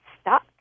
stuck